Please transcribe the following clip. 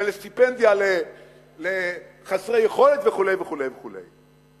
ולסטיפנדיה לחסרי יכולת וכו' וכו' וכו'.